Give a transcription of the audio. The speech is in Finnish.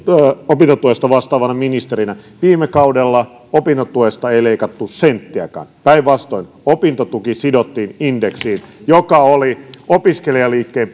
opintotuesta vastaavana ministerinä viime kaudella opintotuesta ei leikattu senttiäkään päinvastoin opintotuki sidottiin indeksiin mikä oli opiskelijaliikkeen